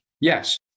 Yes